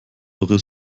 eure